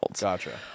gotcha